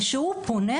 וכשהוא פונה,